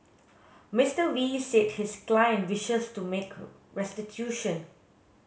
Mister Wee said his client wishes to make restitution